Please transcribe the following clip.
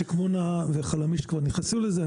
שקמונה וחלמיש כבר נכנסו לזה,